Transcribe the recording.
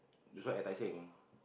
this one enticing